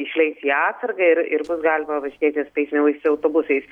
išleis į atsargą ir ir bus galima važinėtis tais naujais autobusais